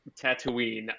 Tatooine